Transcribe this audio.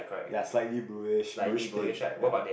ya slightly bluish bluish tint ya